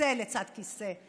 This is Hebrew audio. כיסא לצד כיסא,